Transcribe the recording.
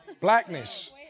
Blackness